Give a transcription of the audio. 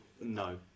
no